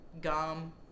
Gum